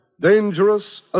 Dangerous